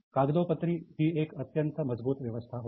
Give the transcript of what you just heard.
कागदोपत्री ही एक अत्यंत मजबूत व्यवस्था होती